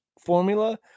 formula